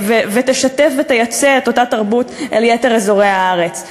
ותשתף ותייצא את אותה תרבות אל יתר אזורי הארץ,